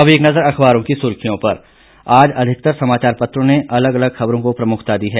अब एक नज़र अखबारों की सुर्खियों पर आज अधिकतर समाचार पत्रों ने अलग अलग खबरों को प्रमुखता दी है